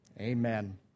Amen